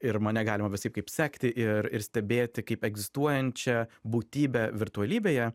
ir mane galima visaip kaip sekti ir ir stebėti kaip egzistuojančią būtybę virtualybėje